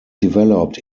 developed